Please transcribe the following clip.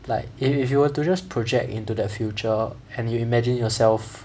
like if you were to just project into the future and you imagine yourself